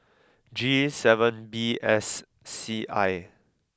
G seven B S C I